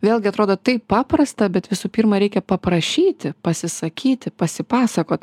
vėlgi atrodo taip paprasta bet visų pirma reikia paprašyti pasisakyti pasipasakot